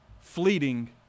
fleeting